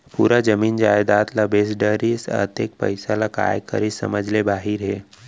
पूरा जमीन जयजाद ल बेच डरिस, अतेक पइसा ल काय करिस समझ ले बाहिर हे